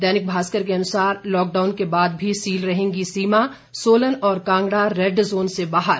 दैनिक भास्कर के अनुसार लॉकडाउन के बाद भी सील रहेगी सीमा सोलन और कांगड़ा रेड जोन से बाहर